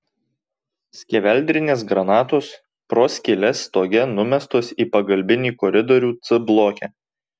skeveldrinės granatos pro skyles stoge numestos į pagalbinį koridorių c bloke